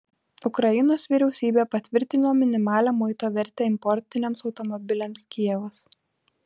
ukrainos vyriausybė patvirtino minimalią muito vertę importiniams automobiliams kijevas